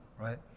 right